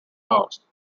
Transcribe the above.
hours